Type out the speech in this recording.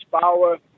power